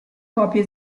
copie